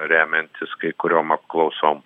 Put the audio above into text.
remiantis kai kuriom apklausom